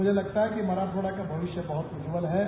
मुझे लगता हे कि मराठवाडा का भविष्य बहत उज्वल है